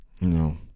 No